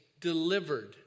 delivered